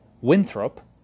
Winthrop